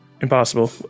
impossible